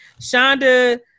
Shonda